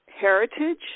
heritage